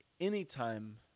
anytime